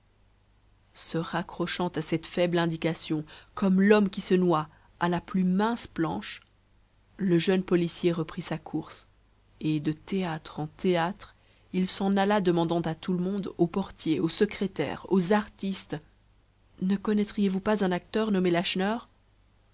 se raccrochant à cette faible indication comme l'homme qui se noie à la plus mince planche le jeune policier reprit sa course et de théâtre en théâtre il s'en alla demandant à tout le monde aux portiers aux secrétaires aux artistes ne connaîtriez vous pas un acteur nommé